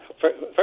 First